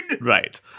Right